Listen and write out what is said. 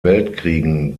weltkriegen